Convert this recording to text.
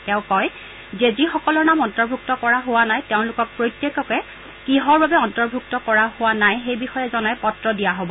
তেওঁ কয় যে যিসকলৰ নাম অন্তৰ্ভূক্ত কৰা হোৱা নাই তেওঁলোকক প্ৰত্যেকে কিহৰ ভাবে অন্তৰ্ভূক্ত কৰা হোৱা নাই সেই বিষয়ে জনাই পত্ৰ দিয়া হ'ব